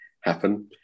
happen